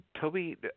Toby